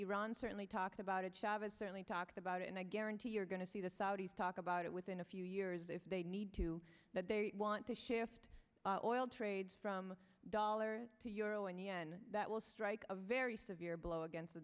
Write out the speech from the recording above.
iran certainly talked about it chavez certainly talked about it and i guarantee you're going to see the saudis talk about it within a few years if they need to that they want to shift trades from dollars to euro and yen that will strike a very severe blow against the